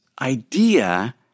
idea